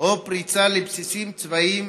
או פריצה לבסיסים צבאיים